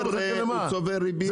הוא צובר ריביות.